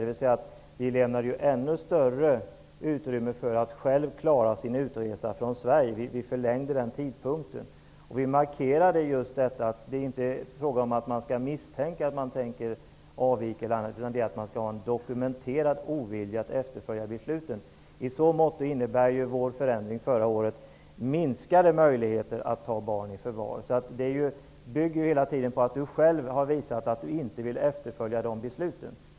Det lämnades alltså ännu större utrymme för att man själv skulle klara sin utresa från Sverige; vi ändrade tidpunkten. I utskottet markerade vi att det inte bara skulle vara fråga om att misstanke förelåg om att viss person tänkte avvika, utan det skulle handla om en dokumenterad ovilja till att efterfölja fattade beslut. I så måtto innebär förändringen förra året minskade möjligheter att ta barn i förvar. Det bygger hela tiden på att man själv visar att man inte vill efterfölja besluten.